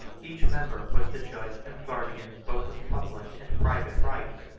each member was the judge and guardian both of public and private rights.